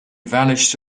vanished